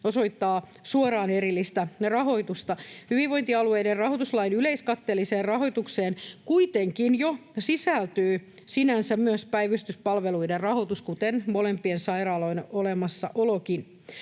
osoittaa suoraan erillistä rahoitusta. Hyvinvointialueiden rahoituslain yleiskatteelliseen rahoitukseen kuitenkin jo sisältyy sinänsä myös päivystyspalveluiden rahoitus kuten molempien sairaaloiden olemassaolokin.